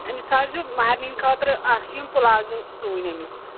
أمِس حظ چھُ مَہرنہِ ہِنٛدِ خٲطرٕ اَکہ چھِ یِم پٕلازو سُوٕنۍ أمِس